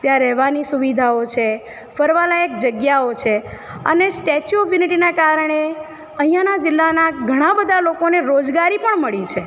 ત્યાં રહેવાની સુવિધાઓ છે ફરવાં લાયક જગ્યાઓ છે અને સ્ટેચ્યૂ ઓફ યુનિટીનાં કારણે અહિયાંના જિલ્લાનાં ઘણાં બધાં લોકોને રોજગારી પણ મળી છે